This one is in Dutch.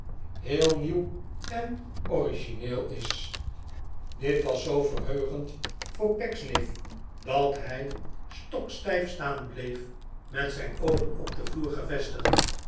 heel nieuw en origineel is dit alles was zoo verheugend voor pecksniff dat hij stokstijf staan bleef met zijn oogen op den vloer gevestigd